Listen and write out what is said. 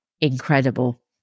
incredible